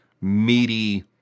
meaty